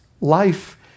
life